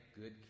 good